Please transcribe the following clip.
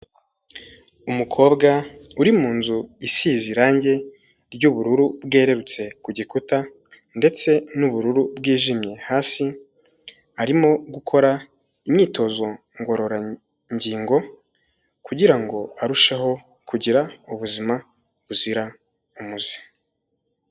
Umukobwa uri mu nzu isize irangi ry'ubururu bwerurutse ku gikuta, ndetse n'ubururu bwijimye hasi, arimo gukora imyitozo ngororangingo, kugira ngo arusheho kugira ubuzima buzira umuze.